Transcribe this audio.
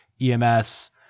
EMS